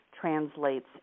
translates